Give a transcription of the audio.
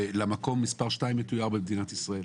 למקום מס' 2 המתוייר במדינה ישראל.